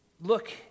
look